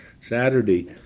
Saturday